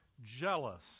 jealous